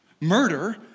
Murder